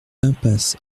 impasse